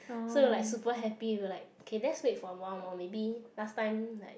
so like super happy we're like okay let's wait for one more maybe last time like